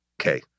Okay